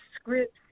scripts